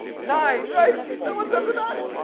nine, right? and what's after that?